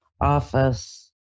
office